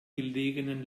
gelegenen